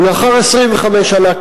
ולאחר 25 שנה,